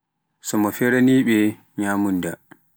So mo feraani ɓe nyamunda.